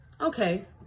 Okay